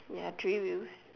ya three wheels